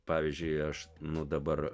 pavyzdžiui aš nu dabar